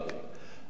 על דעתה,